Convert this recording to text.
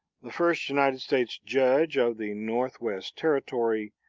the first united states judge of the northwest territory,